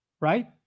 right